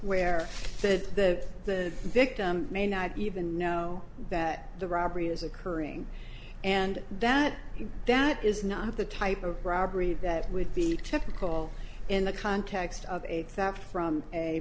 where the the victim may not even know that the robbery is occurring and that that is not the type of robbery that would be typical in the context of age that from a